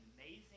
amazing